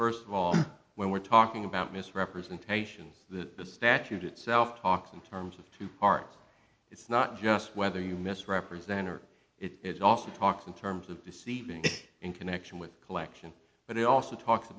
first of all when we're talking about misrepresentations that the statute itself talks in terms of two parts it's not just whether you misrepresent or it often talks in terms of deceiving in connection with collection but it also talks